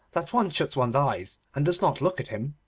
that one shuts one's eyes, and does not look at him